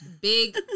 big